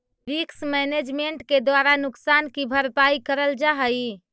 risk management के द्वारा नुकसान की भरपाई करल जा हई